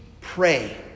pray